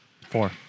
Four